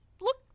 look